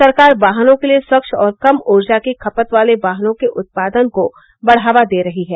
सरकार वाहनों के लिए स्वच्छ और कम ऊर्जा की खपत वाले वाहनों के उत्पादन को बढ़ावा दे रही है